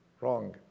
Wrong